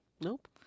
Nope